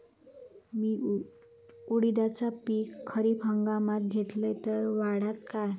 मी उडीदाचा पीक खरीप हंगामात घेतलय तर वाढात काय?